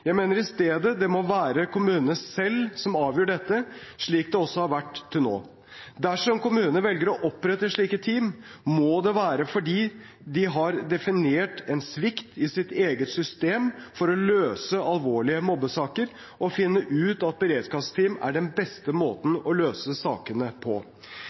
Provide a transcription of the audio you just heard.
Jeg mener i stedet det må være kommunene selv som avgjør dette, slik det også har vært til nå. Dersom kommunene velger å opprette slike team, må det være fordi de har definert en svikt i sitt eget system for å løse alvorlige mobbesaker og funnet ut at beredskapsteam er den beste måten å løse sakene på.